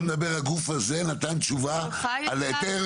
אתה מדבר שהגוף הזה נתן תשובה על היתר